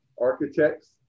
architects